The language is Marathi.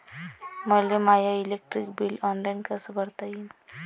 मले माय इलेक्ट्रिक बिल ऑनलाईन कस भरता येईन?